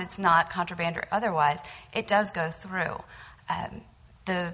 it's not contraband or otherwise it does go through the